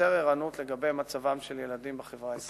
ויותר ערנות לגבי מצבם של ילדים בחברה הישראלית.